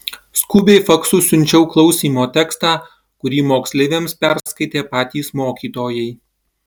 skubiai faksu siunčiau klausymo tekstą kurį moksleiviams perskaitė patys mokytojai